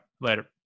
Later